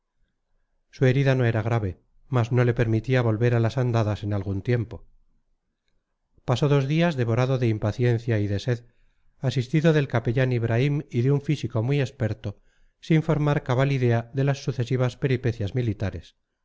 su herida no era grave mas no le permitía volver a las andadas en algún tiempo pasó dos días devorado de impaciencia y de sed asistido del capellán ibraim y de un físico muy experto sin formar cabal idea de las sucesivas peripecias militares